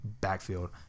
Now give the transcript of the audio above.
Backfield